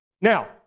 Now